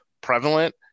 prevalent